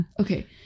Okay